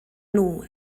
nhw